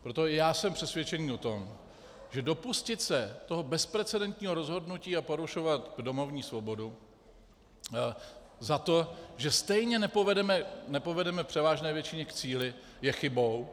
Proto já jsem přesvědčen o tom, že dopustit se toho bezprecedentního rozhodnutí a porušovat domovní svobodu za to, že stejně nepovedeme v převážné většině k cíli, je chybou.